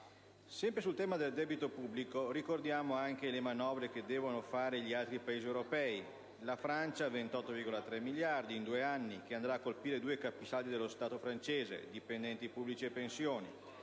Sempre sul tema del debito pubblico, ricordiamo anche le manovre che devono fare gli altri Paesi europei. La Francia farà una manovra di 28,3 miliardi di euro in due anni che andrà a colpire due capisaldi dello Stato francese: dipendenti pubblici e pensioni;